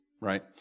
right